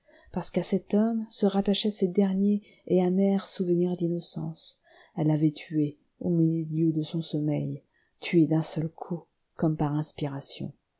parce qu'à cet homme se rattachaient ses derniers et amers souvenirs d'innocence elle l'avait tué au milieu de son sommeil tué d'un seul coup comme par inspiration